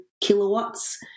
kilowatts